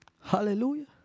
Hallelujah